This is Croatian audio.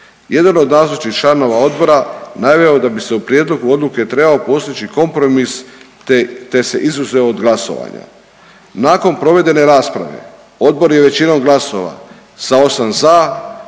Jedan od nazočnih članova odbora naveo da bi se u prijedlogu odluke trebao postići kompromis te, te se izuzeo od glasovanja. Nakon provedene rasprave odbor je većinom glasova sa 8 za